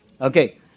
Okay